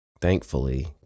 thankfully